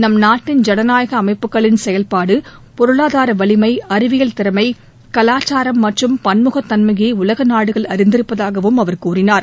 நம் நாட்டின் ஜனநாயக அமைப்புகளின் செயல்பாடு பொருளாதார வலிமை அறிவியல் திறமை கலாச்சாரம் மற்றும் பன்முகத் தன்மையை உலக நாடுகள் அறிந்திருப்பதாகவும் அவர் கூறினார்